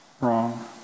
wrong